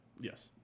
Yes